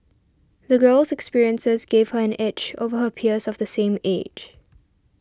the girl's experiences gave her an edge over her peers of the same age